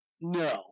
No